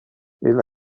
ille